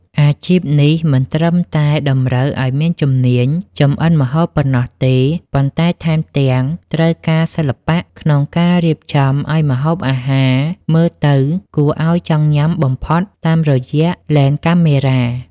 អាជីពនេះមិនត្រឹមតែតម្រូវឱ្យមានជំនាញចម្អិនម្ហូបប៉ុណ្ណោះទេ ប៉ុន្តែថែមទាំងត្រូវការសិល្បៈក្នុងការរៀបចំឱ្យម្ហូបអាហារមើលទៅគួរឱ្យចង់ញ៉ាំបំផុតតាមរយៈឡេនកាមេរ៉ា។